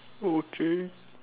okay